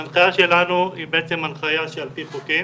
ההנחיה שלנו היא בעצם הנחייה שעל פי חוקים